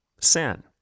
sin